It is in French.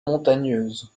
montagneuse